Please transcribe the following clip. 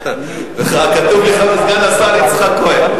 כתוב לי סגן השר יצחק כהן.